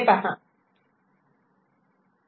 E A